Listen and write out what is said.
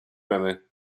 memy